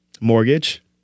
Mortgage